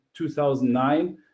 2009